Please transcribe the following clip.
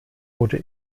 wurde